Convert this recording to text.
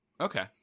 Okay